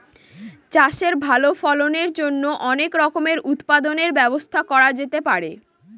চাষের ভালো ফলনের জন্য অনেক রকমের উৎপাদনের ব্যবস্থা করা যেতে পারে